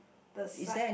the side